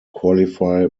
qualify